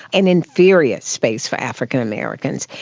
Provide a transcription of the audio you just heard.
and inferior space for african americans,